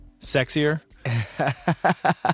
sexier